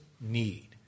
need